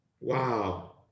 Wow